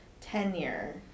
Tenure